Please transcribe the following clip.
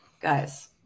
guys